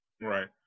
Right